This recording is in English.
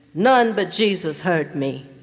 none but jesus heard me.